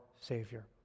Savior